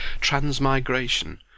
Transmigration